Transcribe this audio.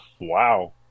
Wow